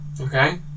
okay